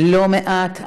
לא מעט.